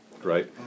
Right